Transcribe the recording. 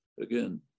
again